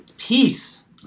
Peace